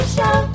Show